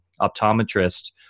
optometrist